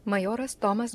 majoras tomas